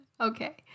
Okay